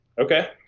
Okay